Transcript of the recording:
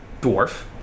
dwarf